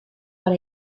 what